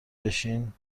بشین